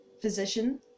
physician